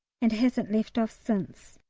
and hasn't left off since.